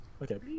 Okay